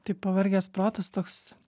tai pavargęs protas toks